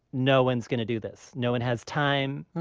no one is going to do this. no one has time.